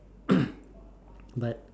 but